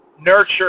Nurture